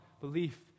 belief